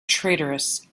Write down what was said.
traitorous